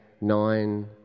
nine